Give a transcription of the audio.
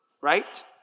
right